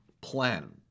plan